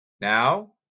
now